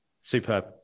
Superb